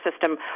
system